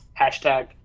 Hashtag